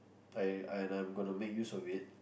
I I gotta make use of it